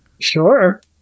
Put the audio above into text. sure